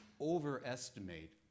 overestimate